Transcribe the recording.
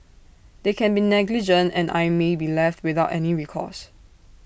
they can be negligent and I may be left without any recourse